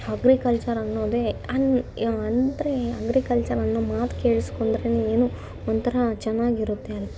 agriculture ಅನ್ನೋದೇ ಅನ್ ಅಂದರೆ ಅಗ್ರಿಕಲ್ಚರ್ ಅನ್ನೋ ಮಾತು ಕೇಳಿಸ್ಕೊಂಡ್ರೇನೆ ಏನೋ ಒಂಥರ ಚೆನ್ನಾಗಿರುತ್ತೆ